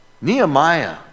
Nehemiah